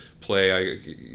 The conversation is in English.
play